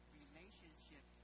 relationship